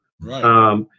Right